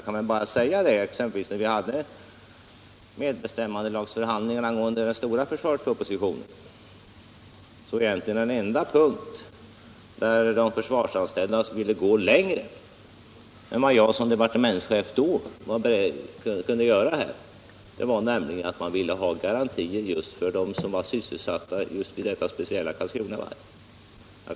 Jag vill bara nämnda att när vi hade medbestämmande lagsförhandlingar i anslutning till den stora försvarspropositionen, var egentligen den enda punkt, där de försvarsanställda ville gå längre än vad jag som departementschef då kunde göra, att de önskade få garantier just för de sysselsatta vid Karlskronavarvet.